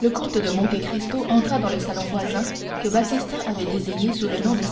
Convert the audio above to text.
le comte de monte cristo entra dans le salon voisin que baptistin avait désigné sous le nom de